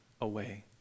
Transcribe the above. away